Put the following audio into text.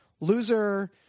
Loser